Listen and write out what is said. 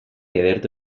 ederto